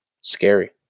scary